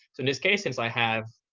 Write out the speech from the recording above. in this case, since i have,